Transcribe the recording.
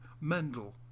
Mendel